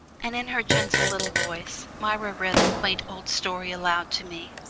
and in her gentle little voice myra read the quaint old story aloud to me.